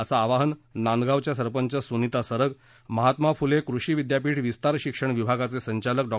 असं आवाहन नांदगावच्या सरपंच सुनिता सरग महात्मा फुले कृषी विद्यापीठ विस्तार शिक्षण विभागाचे संचालक डॉ